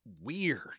weird